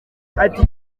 ati